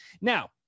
Now